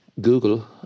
Google